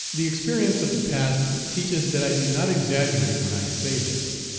the experience of the past teaches that i do not exaggerate when i say this.